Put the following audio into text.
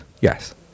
yes